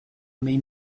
may